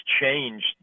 changed